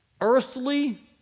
Earthly